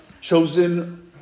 chosen